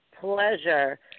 pleasure